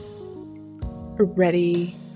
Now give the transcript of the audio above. ready